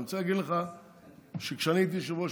אני רוצה להגיד שכשאני הייתי יושב-ראש